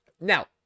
Now